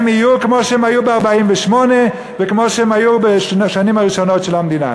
הם יהיו כמו שהם היו ב-1948 וכמו שהם היו בשנים הראשונות של המדינה.